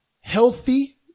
healthy